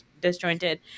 disjointed